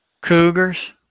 Cougars